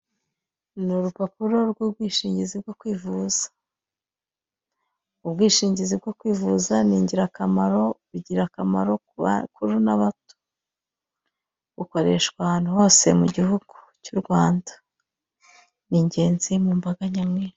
Ni urupapuro rw'ubwishingizi bwo kwivuza, ubwishingizi bwo kwivuza ni ingirakamaro bigirira akamaro ku bakuru n'abato, bukoreshwa ahantu hose mu gihugu cy'u Rwanda, ni ingenzi mu mbaga nyamwinshi.